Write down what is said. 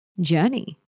journey